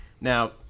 Now